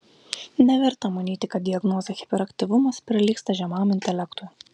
neverta manyti kad diagnozė hiperaktyvumas prilygsta žemam intelektui